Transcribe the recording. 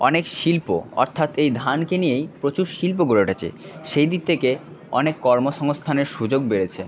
অনেক শিল্প অর্থাৎ এই ধানকে নিয়েই প্রচুর শিল্প গড়ে উঠেছে সেই দিক থেকে অনেক কর্মসংস্থানের সুযোগ বেড়েছে